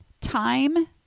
time